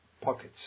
pockets